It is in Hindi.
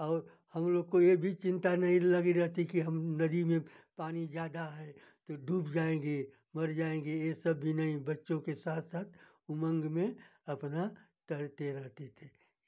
और हम लोग को यह भी चिंता नहीं लगी रहती कि हम नदी में पानी ज़्यादा है तो डूब जाएँगे मर जाएँगे यह सब भी नहीं बच्चों के साथ साथ उमँग में अपना तैरते रहते थे